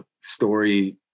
story